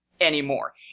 anymore